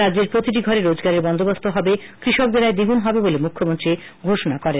রাজ্যের প্রতিটি ঘরে রোজগারের বন্দোবস্ত হবে কৃষকদের আয় দ্বিগুন হবে বলে মুখ্যমন্ত্রী ঘোষণা করেন